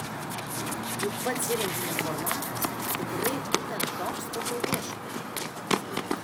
juk pats įrenginio formatas tikrai būtent toks kokio ieškau